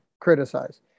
criticize